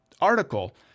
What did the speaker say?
article